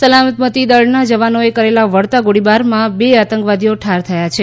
સલામતી દળના જવાનોએ કરેલા વળતા ગોળીબારમાં બે આતંકવાદીઓ ઠાર થયા છે